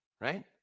right